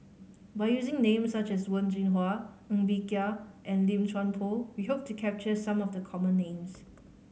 by using names such as Wen Jinhua Ng Bee Kia and Lim Chuan Poh we hope to capture some of the common names